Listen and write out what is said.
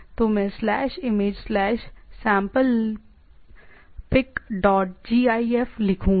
तो मैं slash image slash sample pic dot GIF लिखूंगा